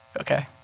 Okay